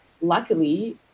luckily